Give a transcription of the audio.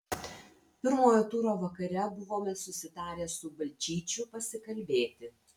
pirmojo turo vakare buvome susitarę su balčyčiu pasikalbėti